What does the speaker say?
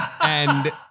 and-